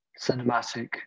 cinematic